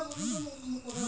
কৃষি অধিকর্তার নাম্বার?